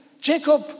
Jacob